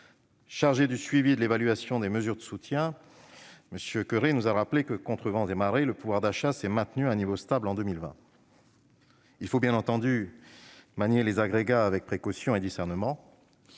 chargé du suivi et de l'évaluation des mesures de soutien, nous a indiqué que, contre vents et marées, le pouvoir d'achat s'était maintenu à un niveau stable en 2020. Bien entendu, il faut manier les agrégats avec précaution et discernement